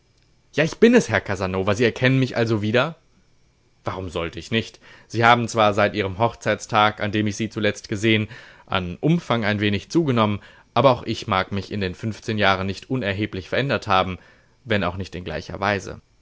ja ich bin es herr casanova sie erkennen mich also wieder warum sollt ich nicht sie haben zwar seit ihrem hochzeitstag an dem ich sie zuletzt gesehn an umfang ein wenig zugenommen aber auch ich mag mich in den fünfzehn jahren nicht unerheblich verändert haben wenn auch nicht in gleicher weise